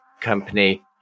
company